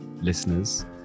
listeners